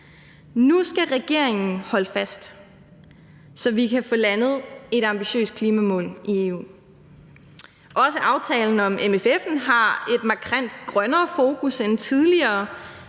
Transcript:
Nu skal regeringen holde fast, så vi kan få landet et ambitiøst klimamål i EU. Også aftalen om MFF'en har et markant grønnere fokus end tidligere,